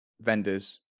vendors